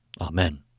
Amen